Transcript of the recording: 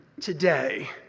today